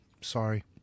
Sorry